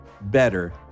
better